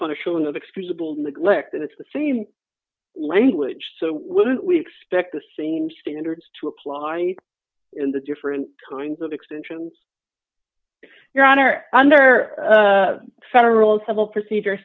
punishment of excusable neglect it's the same language so wouldn't we expect the same standards to apply in the different kinds of extensions your honor under federal civil procedure